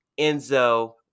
enzo